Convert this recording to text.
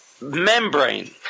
membrane